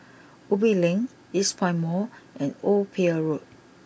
Ubi Link Eastpoint Mall and Old Pier Road